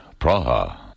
Praha